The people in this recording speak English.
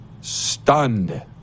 stunned